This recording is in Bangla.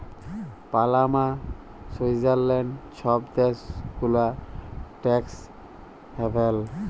পালামা, সুইৎজারল্যাল্ড ছব দ্যাশ গুলা ট্যাক্স হ্যাভেল